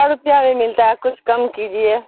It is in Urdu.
سو روپیہ میں ملتا ہے کچھ کم کیجیے